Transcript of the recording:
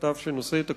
מכתב שנושא את הכותרת: